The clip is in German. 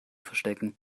verstecken